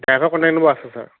ডাইভাৰৰ contact number আছে sir